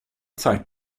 zeit